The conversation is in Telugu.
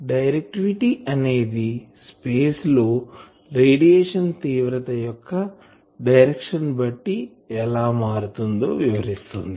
డైరెక్టివిటీ అనేది స్పేస్ లో రేడియేషన్ తీవ్రత యొక్క డైరెక్షన్ ని బట్టి ఎలా మారుతుందో వివరిస్తుంది